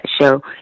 show